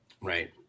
Right